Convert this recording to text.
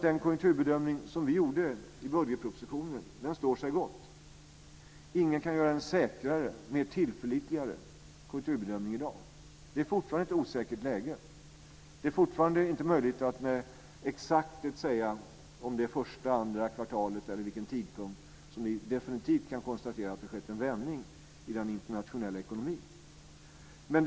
Den konjunkturbedömning som vi gjorde i budgetpropositionen står sig gott. Ingen kan göra en säkrare och mer tillförlitlig konjunkturbedömning i dag. Läget är fortfarande osäkert. Det är fortfarande inte möjligt att med exakthet säga om det var vid det första, vid det andra kvartalet eller vid vilken tidpunkt som vi kan konstatera att det definitivt skedde en vändning i den internationella ekonomin.